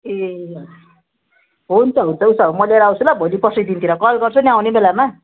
ए हुन्छ हुन्छ उसो भए म लिएर आउँछु ल भोलि पर्सीको दिनतिर कल गर्छु नि आउने बेलामा